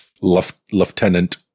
Lieutenant